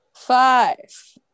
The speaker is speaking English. Five